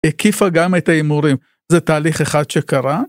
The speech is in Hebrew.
הקיפה גם את ההימורים, זה תהליך אחד שקרה,